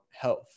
health